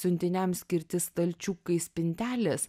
siuntiniams skirti stalčiukai spintelės